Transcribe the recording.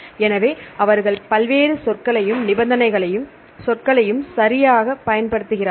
எனவே அவர்கள் பல்வேறு சொற்களையும் நிபந்தனைகளையும் சொற்களையும் சரியாகப் பயன்படுத்துகிறார்கள்